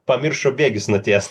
pamiršo bėgius nutiesti